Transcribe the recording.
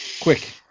Quick